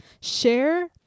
share